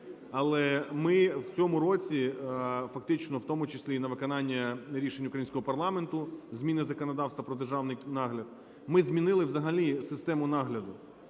але ми в цьому році фактично, в тому числі і на виконання рішень українського парламенту – зміни законодавства про державний нагляд, ми змінили взагалі систему нагляду.